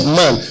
man